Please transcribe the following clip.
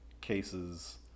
cases